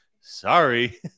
sorry